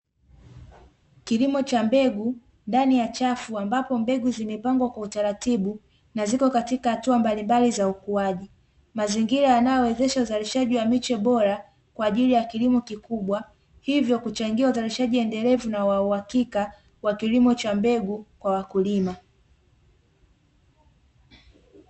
Kilimo cha mbegu, ndani ya chafu ambapo mbegu zimepangwa kwa utaratibu na ziko katika hatua mbalimbali za ukuaji, mazingira yanaowezesha uzalishaji wa miche bora kwa ajili ya kilimo kikubwa, hivyo kuchangia uzalishaji endelevu na wa uhakika wa kilimo cha mbegu kwa wakulima.